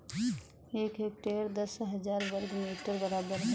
एक हेक्टेयर दस हजार वर्ग मीटर के बराबर है